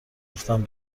گفتم